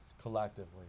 Collectively